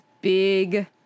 big